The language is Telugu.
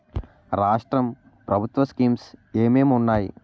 రాష్ట్రం ప్రభుత్వ స్కీమ్స్ ఎం ఎం ఉన్నాయి?